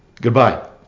Goodbye